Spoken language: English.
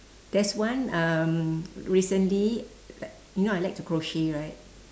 there's one um recently like you know I like to crochet right